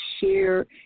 share